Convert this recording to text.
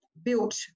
Built